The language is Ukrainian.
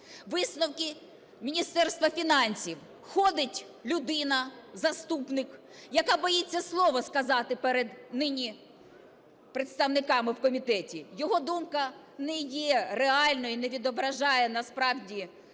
висновки Міністерства фінансів. Ходить людина, заступник, яка боїться слово сказати перед нині представниками в комітеті, його думка не є реальною і не відображає насправді те,